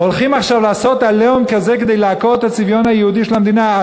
הולכים עכשיו לעשות "עליהום" כזה כדי לעקור את הצביון היהודי של המדינה.